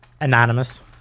Anonymous